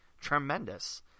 tremendous